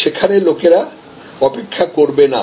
যেখানে লোকেরা অপেক্ষা করবে না